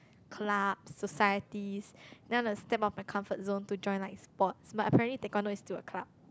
club societies then I have to step out of my comfort zone to join like sports but apparently Taekwando is still a club